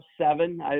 seven